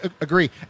agree